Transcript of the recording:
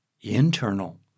internal